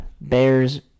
Bears